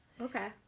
okay